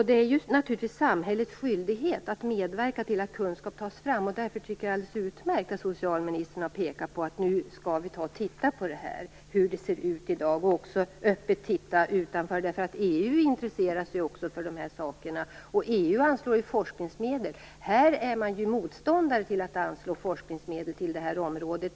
Det är samhällets skyldighet att medverka till att kunskap tas fram, och därför tycker jag att det är alldeles utmärkt att socialministern säger att vi skall se över de här frågorna, hur det ser ut i dag och även hur det ser ut utanför Sverige. EU intresserar sig ju för de här frågorna och anslår forskningsmedel. I Sverige är man motståndare till att anslå forskningsmedel till det här området.